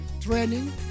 training